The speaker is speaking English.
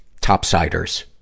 topsiders